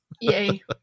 yay